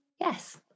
yes